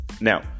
now